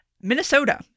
Minnesota